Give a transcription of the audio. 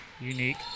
Unique